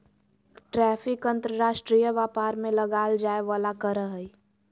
tariff अंतर्राष्ट्रीय व्यापार में लगाल जाय वला कर हइ